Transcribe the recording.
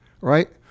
right